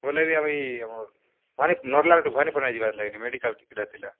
ବୋଲେ ବି ଆମେ ଏଇ ଆମର୍ ନର୍ଲା ଯିବାର୍ ଲାଗି ମେଡ଼ିକାଲ୍ ଏଇଟା ଥିଲା